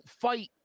fight